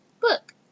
book